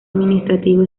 administrativo